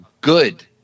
good